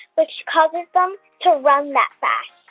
which causes them to run that fast.